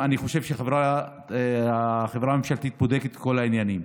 אני חושב שהחברה הממשלתית בודקת את כל העניינים.